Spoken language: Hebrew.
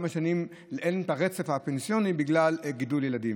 ואין להן רצף פנסיוני כמה שנים בגלל גידול ילדים.